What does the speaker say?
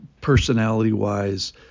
personality-wise